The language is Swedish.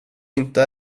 inte